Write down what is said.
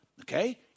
Okay